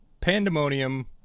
pandemonium